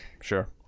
sure